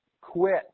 quit